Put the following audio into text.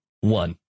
one